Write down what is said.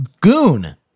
goon